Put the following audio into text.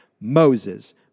Moses